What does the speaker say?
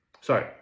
Sorry